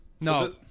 No